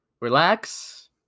relax